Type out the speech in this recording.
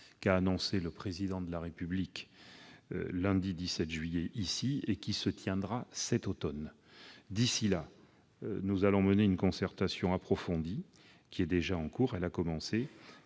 Paris annoncée par le Président de la République le 17 juillet dernier et qui se tiendra cet automne. D'ici là, nous allons mener une concertation approfondie. Elle est déjà en cours, puisque j'ai commencé